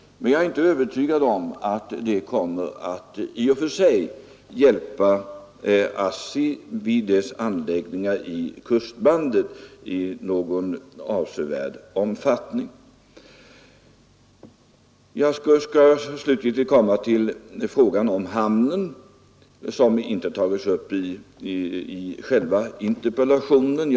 Men jag är inte övertygad om att det i och för sig kommer att hjälpa ASSI vid dess anläggningar i kustbandet i någon avsevärd omfattning. Jag kommer slutligen till frågan om hamnen, vilken inte berörs i själva interpellationen.